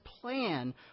plan